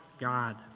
God